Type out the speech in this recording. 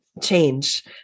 change